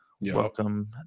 Welcome